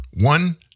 One